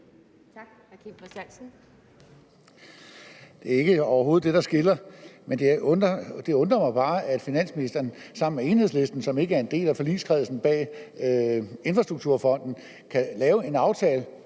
Kim Christiansen (DF): Det er overhovedet ikke det, der skiller. Det undrer mig bare, at finansministeren sammen med Enhedslisten, som ikke er en del af forligskredsen bag Infrastrukturfonden, kan lave en aftale.